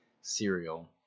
Cereal